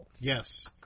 Yes